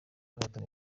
everton